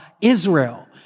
Israel